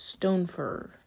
Stonefur